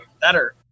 better